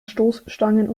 stoßstangen